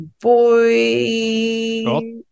boy